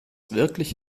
wirklich